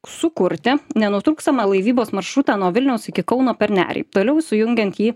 sukurti nenutrūkstamą laivybos maršrutą nuo vilniaus iki kauno per nerį toliau sujungiant jį